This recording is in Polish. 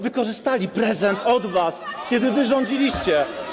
Wykorzystali prezent od was, kiedy wy rządziliście.